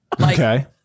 Okay